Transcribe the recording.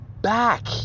back